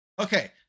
Okay